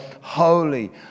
holy